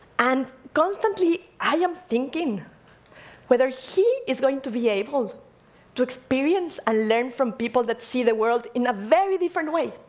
and constantly, i am thinking whether he is going to be able to experience and ah learn from people that see the world in a very different way.